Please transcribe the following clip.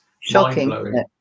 shocking